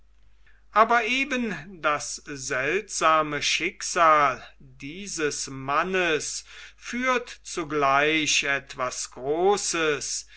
aber eben das seltsame schicksal dieses mannes führt zugleich etwas großes